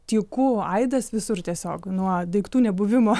tyku aidas visur tiesiog nuo daiktų nebuvimo